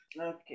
Okay